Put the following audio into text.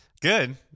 Good